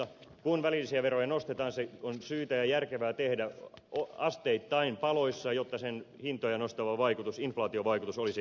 kun välillisiä veroja nostetaan se on syytä ja järkevää tehdä asteittain paloissa jotta sen hintoja nostava vaikutus inflaatiovaikutus olisi minimissään